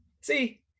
See